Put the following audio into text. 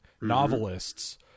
novelists